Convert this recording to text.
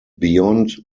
beyond